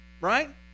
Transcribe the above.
Right